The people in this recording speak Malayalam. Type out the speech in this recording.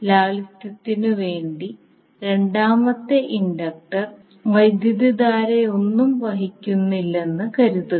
ലാളിത്യത്തിനുവേണ്ടി രണ്ടാമത്തെ ഇൻഡക്റ്റർ വൈദ്യുതധാരയൊന്നും വഹിക്കുന്നില്ലെന്ന് കരുതുക